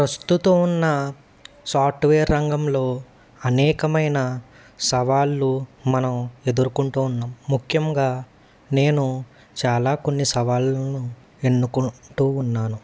ప్రస్తుతో ఉన్న సాఫ్ట్వేర్ రంగంలో అనేకమైన సవాళ్లు మనం ఎదుర్కొంటూ ఉన్నాం ముఖ్యంగా నేను చాలా కొన్ని సవాళ్ను ఎన్నుకుంటూ ఉన్నాను